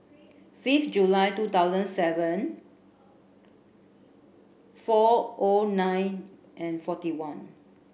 fifth July two thousand seven four O nine and forty one